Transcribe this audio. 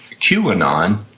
QAnon